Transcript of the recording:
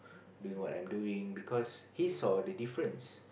doing what I'm doing because he saw the difference